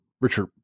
Richard